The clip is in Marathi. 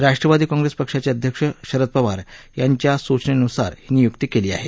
राष्ट्रवादी काँप्रेस पक्षाचे अध्यक्ष शरद पवार यांच्या सूचनेनुसार ही नियुक्ती केली आहे